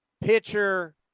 pitcher